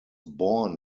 born